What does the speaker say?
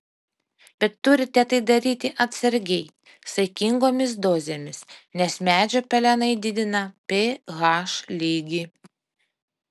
bet turite tai daryti atsargiai saikingomis dozėmis nes medžio pelenai didina ph lygį